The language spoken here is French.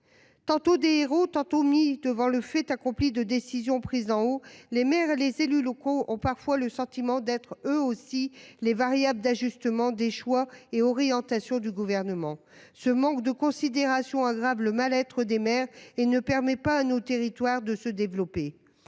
Tantôt des héros, tantôt mis devant le fait accompli de décisions venues d'en haut, les maires et les élus locaux ont parfois le sentiment d'être, eux aussi, les variables d'ajustement des choix et des orientations du Gouvernement. Ce manque de considération aggrave le mal-être des maires et ne permet pas à nos territoires de se développer.